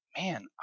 Man